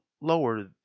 lower